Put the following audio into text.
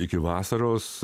iki vasaros